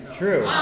true